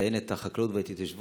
לציין את החקלאות ואת ההתיישבות.